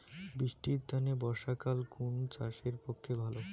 বৃষ্টির তানে বর্ষাকাল কুন চাষের পক্ষে ভালো?